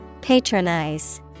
Patronize